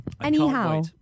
Anyhow